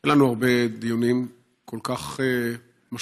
אין לנו הרבה דיונים כל כך משמעותיים